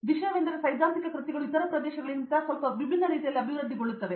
ವಿಷಯವೆಂದರೆ ಸೈದ್ಧಾಂತಿಕ ಕೃತಿಗಳು ಇತರ ಪ್ರದೇಶಗಳಿಗಿಂತ ಸ್ವಲ್ಪ ವಿಭಿನ್ನ ರೀತಿಯಲ್ಲಿ ಅಭಿವೃದ್ಧಿಗೊಳ್ಳುತ್ತವೆ